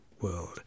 world